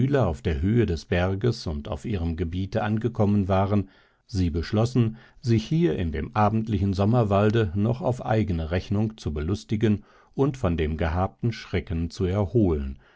auf der höhe des berges und auf ihrem gebiete angekommen waren sie beschlossen sich hier in dem abendlichen sommerwalde noch auf eigene rechnung zu belustigen und von dem gehabten schrecken zu erholen